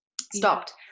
stopped